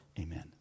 amen